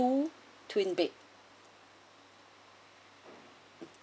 two twin bed